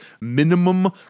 minimum